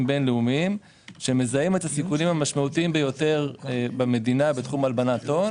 בין לאומיים שמזהים את הסיכונים המשמעותיים ביותר במדינה בתחום הלבנת הון.